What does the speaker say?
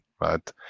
right